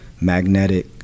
magnetic